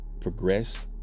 progress